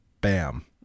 Bam